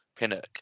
Pinnock